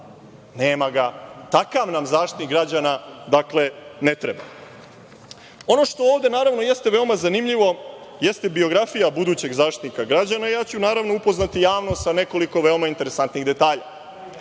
Nema ga. Takav nam Zaštitnik građana, dakle, ne treba. Ono što ovde, naravno, jeste veoma zanimljivo, jeste biografija budućeg Zaštitnika građana. Ja ću, naravno, upoznati javnost sa nekoliko veoma interesantnih detalja.